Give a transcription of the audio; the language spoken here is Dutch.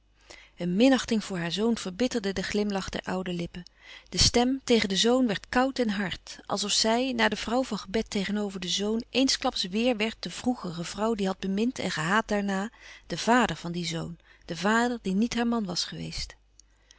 een minachting voor haar zoon verbitterde den glimlach der oude lippen de stem tegen den zoon werd koud en hard als of zij na de vrouw van gebed tegenover den zoon eensklaps wéêr werd de vroegere vrouw die had bemind en gehaat daarna den vader van dien zoon den vader die niet haar man was geweest